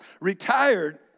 Retired